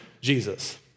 Jesus